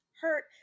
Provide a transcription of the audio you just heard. hurt